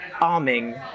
arming